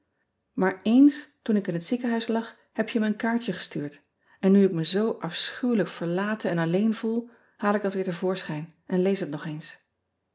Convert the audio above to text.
aar eens toen ik in het ziekenhuis lag heb je me een kaartje gestuurd en nu ik me zoo afschuwelijk verlaten en alleen voel haal ik dat weer te voorschijn en lees het nog eens